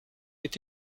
est